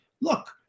look